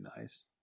nice